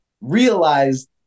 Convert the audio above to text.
realized